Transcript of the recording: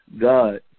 God